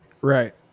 right